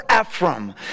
Ephraim